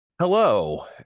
Hello